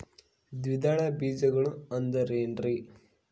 ದ್ವಿದಳ ಬೇಜಗಳು ಅಂದರೇನ್ರಿ?